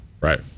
Right